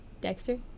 Dexter